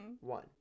One